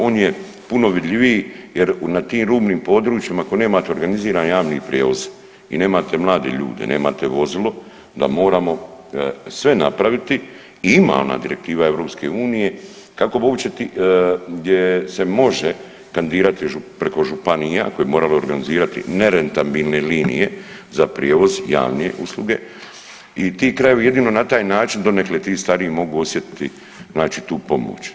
On je puno vidljiviji jer na tim rubnim područjima ako nemate organiziran javni prijevoz i nemate mlade ljude, nemate vozilo, onda moramo sve napraviti i ima ona direktiva EU kako bi uopće ti, gdje se može kandidirati preko županija koje bi morale organizirati nerentabilne linije za prijevoz javne usluge i ti krajevi jedino na taj način donekle ti stariji mogu osjetiti znači tu pomoć.